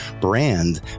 brand